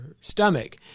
stomach